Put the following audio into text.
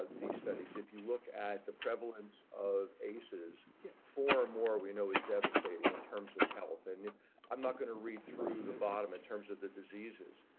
ah the studies if you look at the prevalence of aces for more, we know is devastating in terms of health and i'm not going to read through the bottom in terms of the diseases,